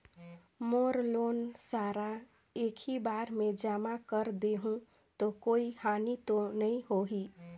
मोर loan सारा एकी बार मे जमा कर देहु तो कोई हानि तो नी होही?